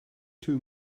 too